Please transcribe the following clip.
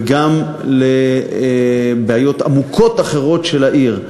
וגם לבעיות עמוקות אחרות של העיר.